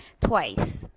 twice